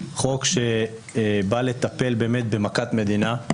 חוק שבא לטפל באמת במכת מדינה,